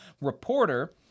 reporter